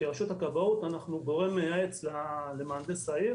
כרשות הכבאות, אנחנו גורם מייעץ למהנדס העיר